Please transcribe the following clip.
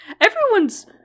everyone's